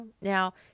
Now